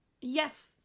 Yes